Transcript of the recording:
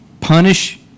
punish